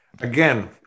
Again